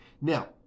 Now